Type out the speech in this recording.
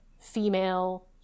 female